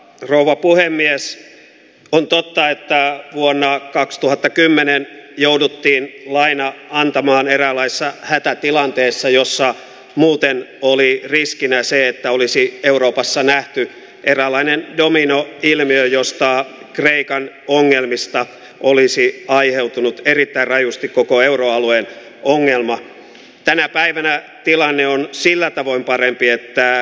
rouva puhemies on totta että vuonna kaksituhattakymmenen jouduttiin laina antamaan eräänlaisen hätätilanteessa jossa muuten oli riskinä se että olisi euroopassa nähty eräänlainen domino pilviä joustaa kreikan ongelmista olisi aiheutunut erittäin rajusti koko euroalueen ongelma tänä päivänä tilanne on sillä tavoin parempi että